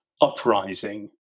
uprising